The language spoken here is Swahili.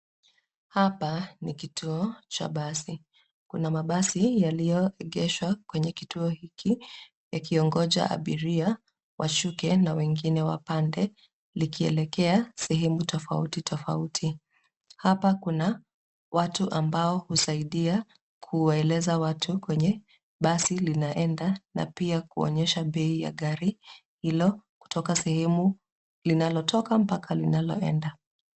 Hapa ni kituo cha basi, kuna mabasi yaliyoegeshwa kwenye kituo hiki, yakiongoja abiria washuke na wengine wapande, likielekea sehemu tofauti tofauti. Hapa kuna watu ambao husaidia kuwaeleza watu kwenye basi linaenda, na pia kuonyesha bei ya gari hilo kutoka sehemu linalotoka mpaka linaloenda.